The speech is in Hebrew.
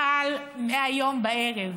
תפעל מהיום בערב,